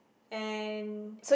and